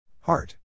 Heart